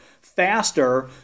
faster